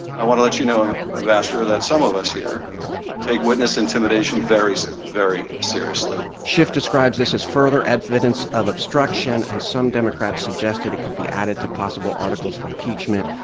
i want to let you know, ambassador, that some of us here take witness intimidation very, very seriously schiff describes this as further evidence of obstruction, and some democrats suggested it could be added to possible articles of impeachment.